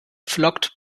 flockt